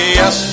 yes